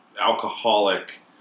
alcoholic